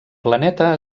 planeta